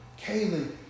Kaylee